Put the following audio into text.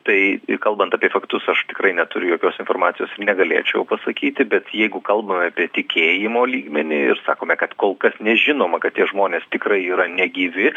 tai kalbant apie faktus aš tikrai neturiu jokios informacijos ir negalėčiau pasakyti bet jeigu kalbame apie tikėjimo lygmenį ir sakome kad kol kas nežinoma kad tie žmonės tikrai yra negyvi